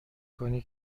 کنی